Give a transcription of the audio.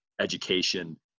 education